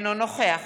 אינו נוכח